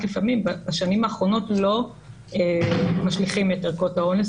שבשנים האחרונות לא משליכים את ערכות האונס,